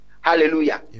Hallelujah